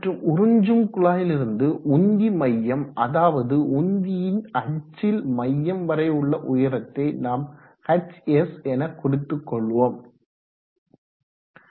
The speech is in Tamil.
மற்றும் உறிஞ்சும் குழாயிலிருந்து உந்தியின் மையம் அதாவது உந்தியின் அச்சில் மையம் வரை உள்ள உயரத்தை நாம் hs என குறித்து கொள்வோம்